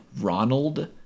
Ronald